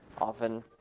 often